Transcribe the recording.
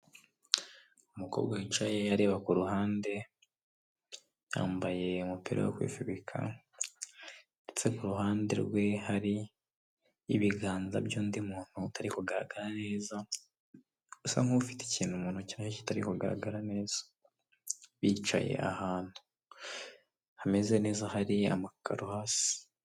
Umukobwa wicaye areba ku ruhande, yambaye umupira wo kwifuka ndetse kuruhande rwe hari ibiganza by'ndi, muntu utari kugaragara neza usa nk'ufite ikintu, nk'ufite ikintu kitari kugaragara neza bicaye ahantu hameze neza hari amakaro hasi.